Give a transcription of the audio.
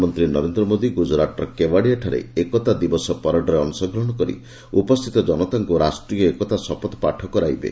ପ୍ରଧାନମନ୍ତ୍ରୀ ନରେନ୍ଦ୍ର ମୋଦୀ ଗୁଜରାଟର କେୱାଡିଆ ଠାରେ ଏକତା ଦିବସ ପରେଡ୍ରେ ଅଂଶଗ୍ରହଣ କରି ଉପସ୍ଥିତ ଜନତାଙ୍କୁ ରାଷ୍ଟ୍ରୀୟ ଏକତା ଶପଥପାଠ କରାଇବେ